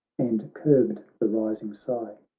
and curbed the rising sigh